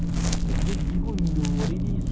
aku tak pernah makan bihun ini